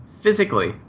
physically